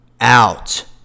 out